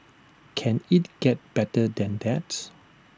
can IT get better than that